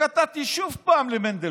כתבתי עוד פעם למנדלבליט,